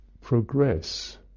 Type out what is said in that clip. progress